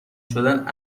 شدن